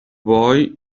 boy